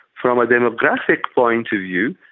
from a demographic point of view,